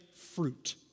fruit